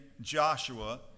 Joshua